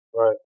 right